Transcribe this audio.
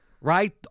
Right